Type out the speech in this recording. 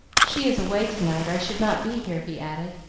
she is away to-night, or i should not be here, he added,